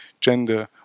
gender